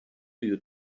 you